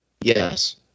Yes